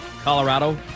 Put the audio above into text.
Colorado